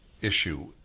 issue